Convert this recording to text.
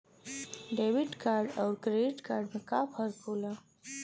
Debit card अउर credit card में का फर्क होला?